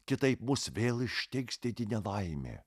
kitaip mus vėl ištiks nelaimė